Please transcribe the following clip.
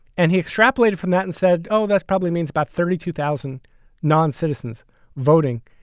and he extrapolated from that and said, oh, that's probably means by thirty two thousand non-citizens voting.